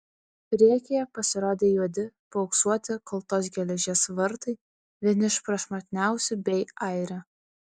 priekyje pasirodė juodi paauksuoti kaltos geležies vartai vieni iš prašmatniausių bei aire